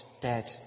dead